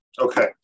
okay